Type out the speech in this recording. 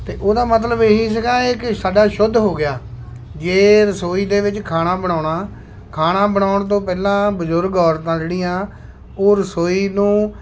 ਅਤੇ ਉਹਦਾ ਮਤਲਬ ਇਹੀ ਸੀਗਾ ਕਿ ਸਾਡਾ ਸ਼ੁੱਧ ਹੋ ਗਿਆ ਜੇ ਰਸੋਈ ਦੇ ਵਿੱਚ ਖਾਣਾ ਬਣਾਉਣਾ ਖਾਣਾ ਬਣਾਉਣ ਤੋਂ ਪਹਿਲਾਂ ਬਜ਼ੁਰਗ ਔਰਤਾਂ ਜਿਹੜੀਆਂ ਉਹ ਰਸੋਈ ਨੂੰ